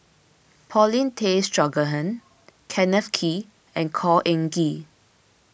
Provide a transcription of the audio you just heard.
Paulin Tay Straughan Kenneth Kee and Khor Ean Ghee